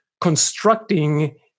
constructing